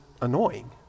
annoying